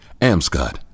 amscott